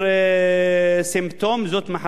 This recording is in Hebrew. זאת מחלה שצריכים לטפל בה.